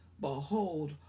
Behold